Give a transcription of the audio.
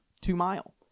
two-mile